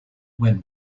when